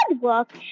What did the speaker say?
work